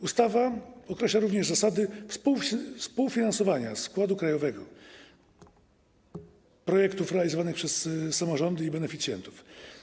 Ustawa określa również zasady współfinansowania z wkładu krajowego projektów realizowanych przez samorządy i beneficjentów.